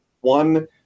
one